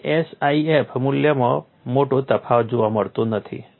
તમને SIF મૂલ્યમાં મોટો તફાવત જોવા મળતો નથી